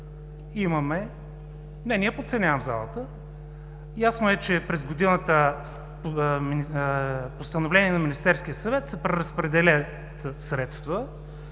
Не подценявам залата. Ясно е, че през годината с постановление на Министерския съвет се преразпределят средства